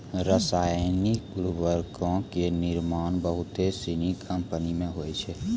रसायनिक उर्वरको के निर्माण बहुते सिनी कंपनी मे होय छै